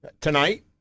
tonight